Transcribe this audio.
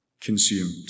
consumed